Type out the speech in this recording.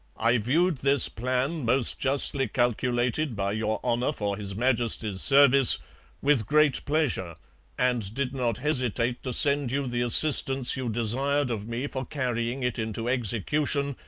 i viewed this plan most justly calculated by your honour for his majesty's service with great pleasure and did not hesitate to send you the assistance you desir'd of me for carrying it into execution,